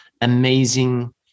amazing